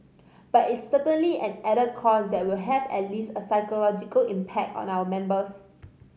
but it's certainly an added cost that will have at least a psychological impact on our members